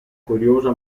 curiosa